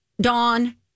Dawn